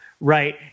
right